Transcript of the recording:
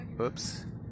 oops